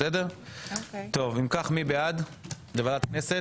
מי בעד לוועדת כנסת?